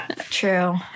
True